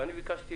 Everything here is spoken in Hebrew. אני ביקשתי